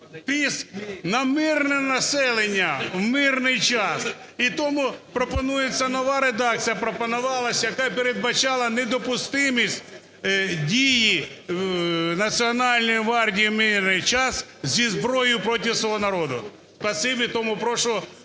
тиск на мирне населення в мирний час. І тому пропонується нова редакція, пропонувалася, яка передбачала недопустимість дії Національної гвардії в мирний час зі зброєю проти свого народу. Спасибі. Тому прошу